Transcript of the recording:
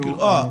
אנחנו נבוא.